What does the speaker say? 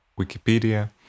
Wikipedia